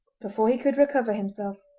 before he could recover himself,